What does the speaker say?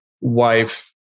wife